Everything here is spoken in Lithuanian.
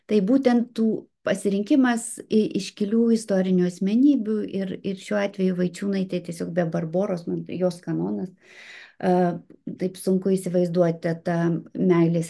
tai būtent tų pasirinkimas i iškilių istorinių asmenybių ir ir šiuo atveju vaičiūnaitė tiesiog be barboros jos kanonas a taip sunku įsivaizduoti tą meilės